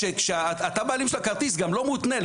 כשאתה הבעלים של הכרטיס, זה גם לא מותנה.